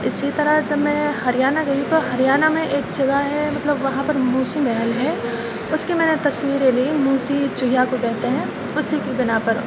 اسی طرح جب میں ہریانہ گئی تو ہریانہ میں ایک جگہ ہے مطلب وہاں پر موسی محل ہے اس کی میں تصویریں موسی چوہیا کو کہتے ہیں اسی کی بنا پر